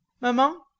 Maman